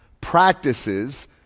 practices